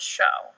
show